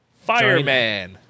Fireman